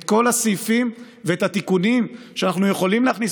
את כל הסעיפים ואת התיקונים שאנחנו יכולים להכניס